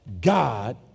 God